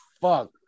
fuck